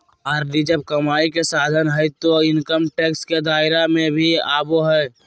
RD जब कमाई के साधन हइ तो इनकम टैक्स के दायरा में भी आवो हइ